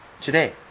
today